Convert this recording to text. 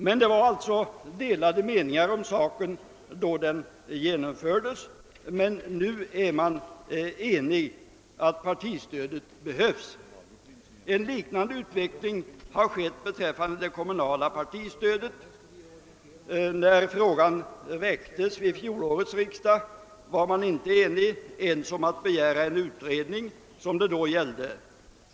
Som jag nämnde var meningarna delade då förslaget genomfördes, men nu råder enighet om att partistödet behövs. En liknande utveckling har skett beträffande det kommunala partistödet. När frågan väcktes vid fjolårets riksdag var man inte enig ens om att begära den utredning som det då gällde.